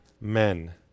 men